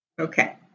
okay